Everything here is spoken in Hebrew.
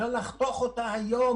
אלא לחתוך את זה היום.